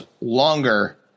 longer